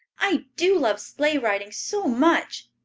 i do love sleigh riding so much!